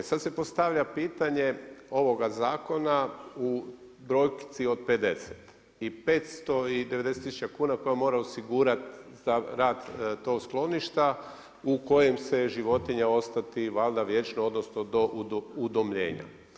Sada se postavlja pitanje ovoga zakona u brojci i 50 i 590 tisuća kuna koje mora osigurati za rad tog skloništa u kojem će životinja ostati valjda vječno odnosno do udomljenja.